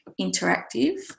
interactive